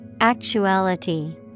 Actuality